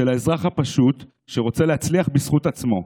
של האזרח הפשוט שרוצה להצליח בזכות עצמו.